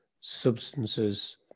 substances